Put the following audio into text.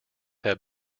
have